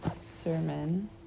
sermon